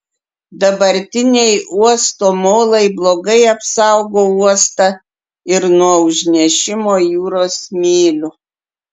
dabartiniai uosto molai blogai apsaugo uostą ir nuo užnešimo jūros smėliu